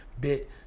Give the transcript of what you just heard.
bit